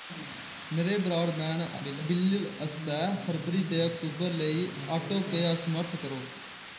मेरे broadband bill आस्तै फरवरी ते अक्तूबर लेई आटो पेऽ असमर्थ करो